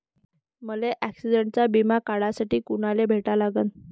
मले ॲक्सिडंटचा बिमा काढासाठी कुनाले भेटा लागन?